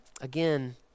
again